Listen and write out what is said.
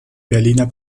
berliner